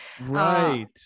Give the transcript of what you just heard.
Right